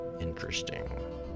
interesting